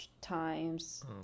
times